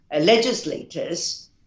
legislators